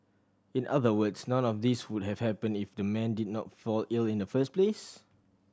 in other words none of these would have happened if the man did not fall ill in the first place